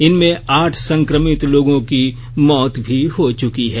इनमें आठ संक्रमित लोगों की मौत भी हो चुकी है